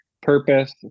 purpose